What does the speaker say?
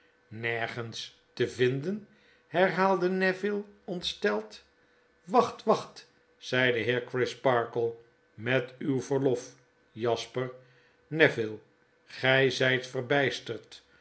hernergens te vinden herhaalde neville ontsteld wacht wacht zei de heer crisparkle met uw verlof jasper neville gy zy